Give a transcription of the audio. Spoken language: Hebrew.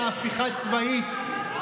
צודק בהחלט.